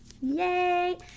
yay